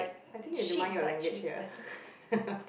I think you have to mind your language here